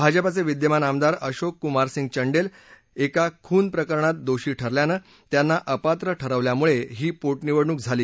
भाजपाचे विद्यमान आमदार अशोक कुमारसिंग चंडेल एका खून प्रकरणात दोषी ठरल्यानं त्यांना अपात्र ठरवल्यामुळे ही पोटनिवडणूक झाली